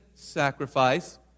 Sacrifice